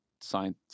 science